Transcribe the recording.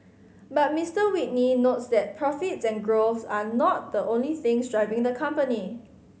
but Mister Whitney notes that profits and growth are not the only things driving the company